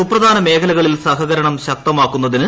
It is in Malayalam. സുപ്രധാന മേഖലകളിൽ സഹകരണം ശക്തമാക്കുന്നതിന് ഊന്നൽ